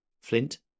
Flint